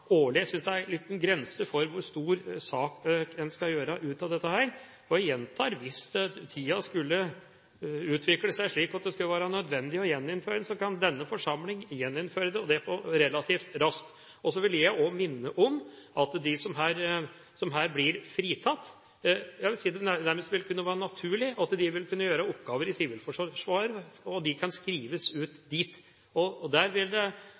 årlig. Jeg synes det er grenser for hvor stor sak en skal gjøre ut av dette. Og jeg gjentar: Hvis det med tida skulle utvikle seg slik at det var nødvendig å gjeninnføre det, så kan denne forsamling gjøre det relativt raskt. Så vil jeg også minne om at det vil kunne være naturlig at de som her blir fritatt, kan gjøre oppgaver i Sivilforsvaret og skrives ut dit. Der vil det alltids være viktige samfunnsoppgaver som skal løses. Vi ser litt forskjellig på dette. Vi mener det er fullt ut forsvarlig både ut fra rettferdighet og